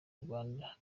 rwanda